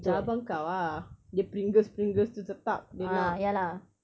macam abang kau ah dia pringles pringles tu tetap dia nak